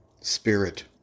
spirit